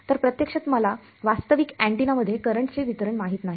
तर प्रत्यक्षात मला वास्तविक अँटिनामध्ये करंट चे वितरण माहित नाही